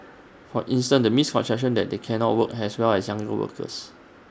for instance the misconception that they cannot work as well as younger workers